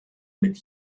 mit